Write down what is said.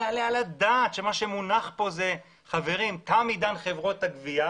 שמה שמונח פה זה שתם עידן חברות הגבייה